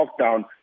lockdown